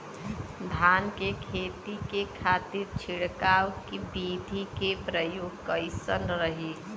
धान के खेती के खातीर छिड़काव विधी के प्रयोग कइसन रही?